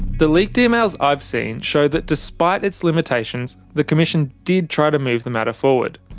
the leaked emails i've seen show that despite its limitations, the commission did try to move the matter forward.